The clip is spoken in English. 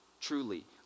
truly